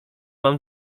mam